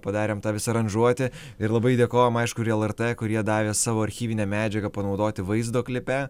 padarėm tą visą aranžuotę ir labai dėkojam aišku ir lrt kurie davė savo archyvinę medžiagą panaudoti vaizdo klipe